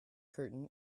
curtain